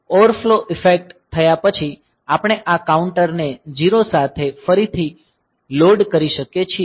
overflow effect થયા પછી આપણે આ કાઉન્ટર ને 0 સાથે ફરીથી લોડ કરી શકીએ છીએ